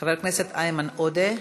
חבר הכנסת איימן עודה,